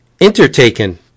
Intertaken